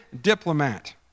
diplomat